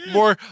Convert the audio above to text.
More